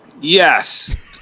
Yes